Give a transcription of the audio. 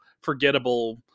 forgettable